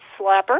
slapper